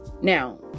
now